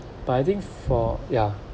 but I think for ya